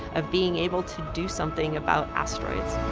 of being able to do something about asteroids